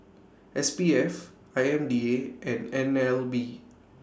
S P F I M D A and N L B